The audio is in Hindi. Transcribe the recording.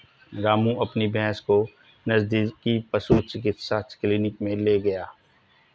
रामू अपनी भैंस को नजदीकी पशु चिकित्सा क्लिनिक मे ले गया